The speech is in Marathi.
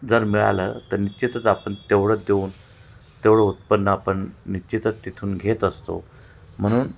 जर मिळालं तर निश्चितच आपण तेवढं देऊन तेवढं उत्पन्न आपण निशिचीतच तिथून घेत असतो म्हणून